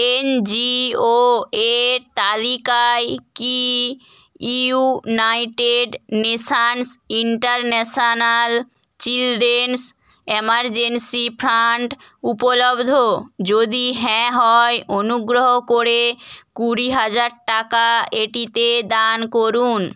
NGO এর তালিকায় কি United Nations International Children's Emergency Fund উপলব্ধ যদি হ্যাঁ হয় অনুগ্রহ করে কুড়ি হাজার টাকা এটিতে দান করুন